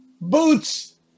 boots